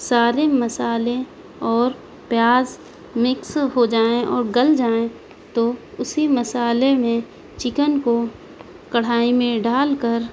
سارے مسالے اور پیاز مکس ہو جائیں اور گل جائیں تو اسی مسالے میں چکن کو کڑھائی میں ڈال کر